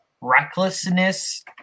recklessness